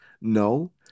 No